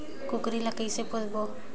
कूकरी ला कइसे पोसबो?